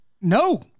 No